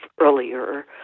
earlier